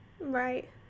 Right